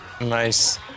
Nice